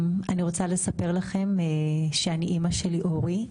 אני רוצה לספר לכם שאני אימא של ליאורי.